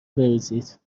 بریزید